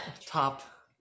top